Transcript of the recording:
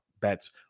bets